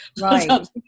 right